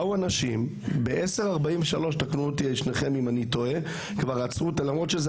באו אנשים וב-10:43 כבר עצרו את זה למרות שזה